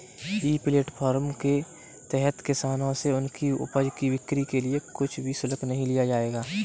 ई platform के तहत किसानों से उनकी उपज की बिक्री के लिए कुछ भी शुल्क नहीं लिया जाएगा